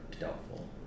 doubtful